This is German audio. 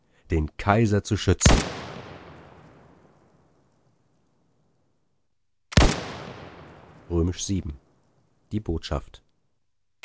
den kaiser zu schützen vii die botschaft